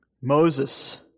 Moses